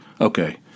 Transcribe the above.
Okay